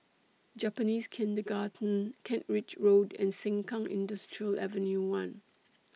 Japanese Kindergarten Kent Ridge Road and Sengkang Industrial Ave one